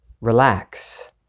Relax